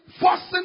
forcing